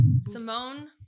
Simone